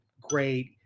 great